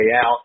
out